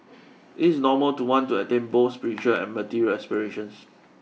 it is normal to want to attain both spiritual and material aspirations